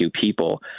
people